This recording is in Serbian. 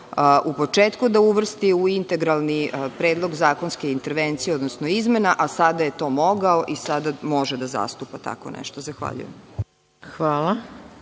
u početku da uvrsti u integralni predlog zakonske intervencije, odnosno izmena, a sada je to mogao i sada može da zastupa tako nešto? Zahvaljujem. **Maja